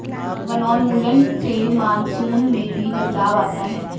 वनोन्मूलन से मानसून में भी बदलाव आता है